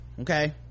okay